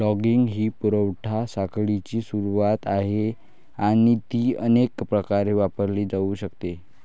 logging ही पुरवठा साखळीची सुरुवात आहे आणि ती अनेक प्रकारे वापरली जाऊ शकते